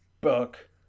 book